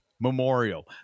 Memorial